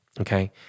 okay